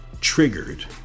triggered